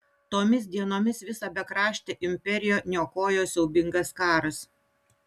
tomis dienomis visą bekraštę imperiją niokojo siaubingas karas